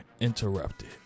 interrupted